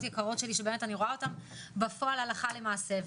היקרות שלי שאני רואה אותן בפעול הלכה למעשה,